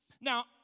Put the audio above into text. Now